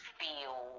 feel